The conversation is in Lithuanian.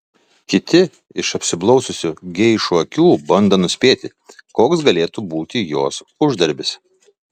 kiti iš apsiblaususių geišų akių bando nuspėti koks galėtų būti jos uždarbis